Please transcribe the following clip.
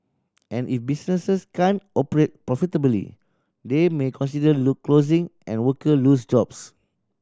and if businesses can't operate profitably they may consider closing and worker lose jobs